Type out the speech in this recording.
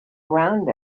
around